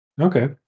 okay